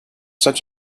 such